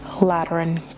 Lateran